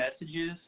messages